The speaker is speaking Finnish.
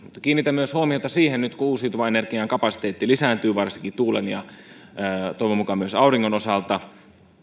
kiinnitän nyt huomiota myös siihen että uusiutuvan energian kapasiteetti lisääntyy varsinkin tuulen ja toivon mukaan myös auringon osalta